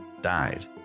died